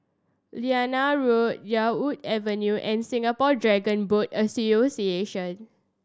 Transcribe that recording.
Liane Road Yarwood Avenue and Singapore Dragon Boat Association